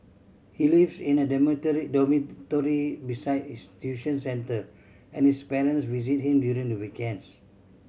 he lives in a dormitory beside his tuition centre and his parents visit him during the weekends